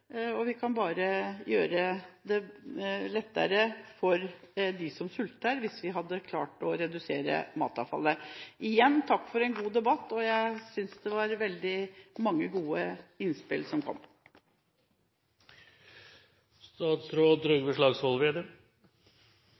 og vi kan gjøre det lettere for dem som sulter hvis vi klarer å redusere matavfallet. Igjen: Takk for en god debatt. Jeg synes det var veldig mange gode innspill som